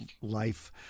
life